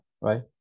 right